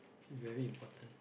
very important